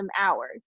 hours